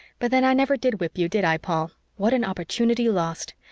but then i never did whip you, did i, paul? what an opportunity lost!